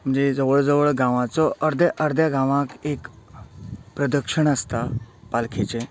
म्हणजे जवळ जवळ गांवाचो अर्द्या अर्द्या गांवाक एक प्रदक्षण आसता पालखेचे